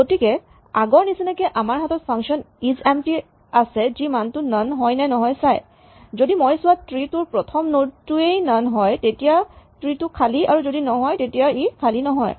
গতিকে আগৰ নিচিনাকে আমাৰ হাতত ফাংচন ইজএম্প্টী আছে যি মানটো নন হয় নে নহয় চায় যদি মই চোৱা ট্ৰী টোৰ প্ৰথম নড টোৱেই নন হয় তেতিয়া ট্ৰী টো খালী আৰু যদি নহয় তেতিয়া ই খালী নহয়